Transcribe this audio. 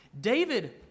David